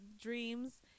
dreams